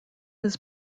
was